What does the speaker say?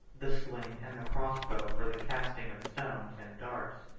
the sling, and the crossbow for the casting of stones and darts.